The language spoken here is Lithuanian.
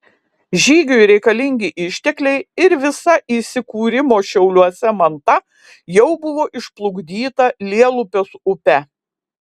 žygiui reikalingi ištekliai ir visa įsikūrimo šiauliuose manta jau buvo išplukdyta lielupės upe